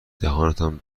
دهانتان